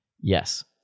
Yes